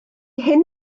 hyn